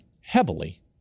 heavily